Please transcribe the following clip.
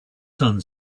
sun